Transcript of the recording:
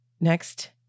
Next